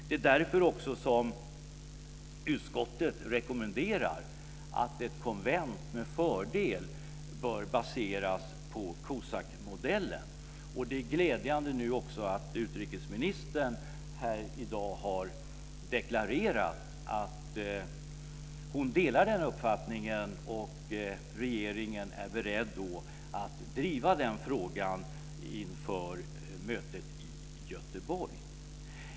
Det är också därför som utskottet rekommenderar att ett konvent med fördel bör baseras på COSAC-modellen. Det är glädjande att utrikesministern här i dag har deklarerat att hon delar den uppfattningen och att regeringen är beredd att driva denna fråga inför mötet i Göteborg.